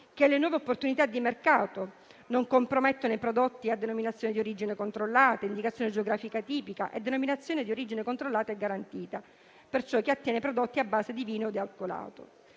che le nuove opportunità di mercato non compromettano i prodotti a denominazione di origine controllata, indicazione geografica tipica e denominazione di origine controllata e garantita per ciò che attiene i prodotti a base di vino dealcolato.